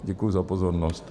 Děkuji za pozornost.